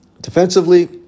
defensively